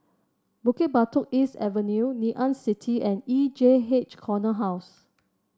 Bukit Batok East Avenue Ngee Ann City and E J H Corner House